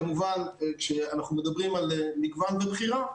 כמובן שכשאנחנו מדברים על מגוון ובחירה,